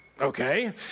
okay